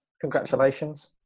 Congratulations